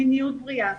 מיניות בריאה,